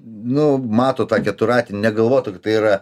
nu mato tą keturratį negalvotų kad tai yra